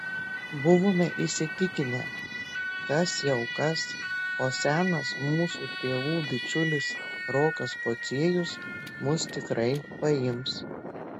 buvome įsitikinę kas jau kas o senas mūsų tėvų bičiulis rokas pociejus mus tikrai paims